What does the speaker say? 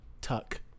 tuck